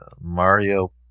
Mario